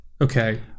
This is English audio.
Okay